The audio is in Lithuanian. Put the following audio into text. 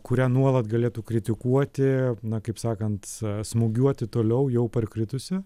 kurią nuolat galėtų kritikuoti na kaip sakant smūgiuoti toliau jau parkritusią